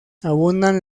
abundan